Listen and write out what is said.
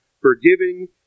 forgiving